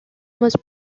most